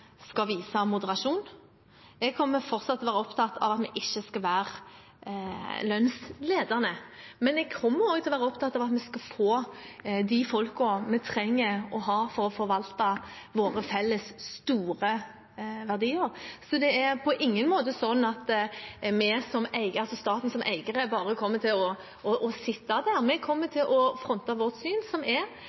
vi ikke skal være lønnsledende. Men jeg kommer også til å være opptatt av at vi skal få de folkene vi trenger for å forvalte våre felles store verdier. Det er på ingen måte sånn at staten som eier bare kommer til å sitte der. Vi kommer til å fronte vårt syn, som er